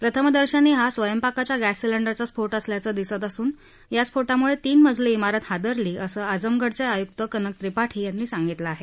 प्रथमदर्शनी हा स्वयंपाकाच्या गॅस सिलेंडरचा स्फोट असल्याचं दिसत असून या स्फोटामुळे तीन मजली चारत हादरली असं आजमगडचे आयुक्त कनक त्रिपाठी यांनी सांगितलं आहे